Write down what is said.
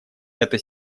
эта